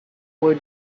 were